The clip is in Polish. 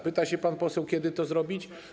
Pyta pan poseł: Kiedy to zrobić?